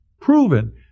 proven